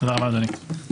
תודה רבה, אדוני.